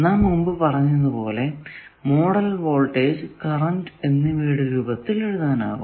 നാം മുമ്പ് പറഞ്ഞത് പോലെ മോഡൽ വോൾടേജ് കറന്റ് എന്നിവയുടെ രൂപത്തിൽ എഴുതാനാകും